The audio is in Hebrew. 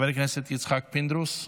חבר הכנסת יצחק פינדרוס,